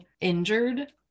injured